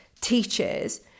teachers